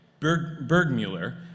Bergmuller